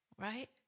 Right